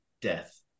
death